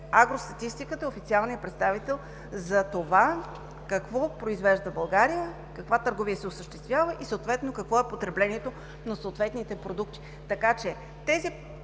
Агростатистиката е официалният представител за онова, което произвежда България, каква търговия се осъществява и какво е потреблението на съответните продукти. Показателите,